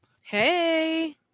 hey